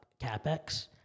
CAPEX